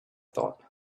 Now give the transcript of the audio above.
thought